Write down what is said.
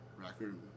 record